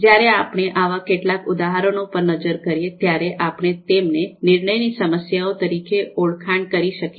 જ્યારે આપણે આવા કેટલાક ઉદાહરણો પર નજર કરીએ ત્યારે આપણે તેમને નિર્ણયની સમસ્યાઓ તરીકે ઓળખાણ કરી શકીએ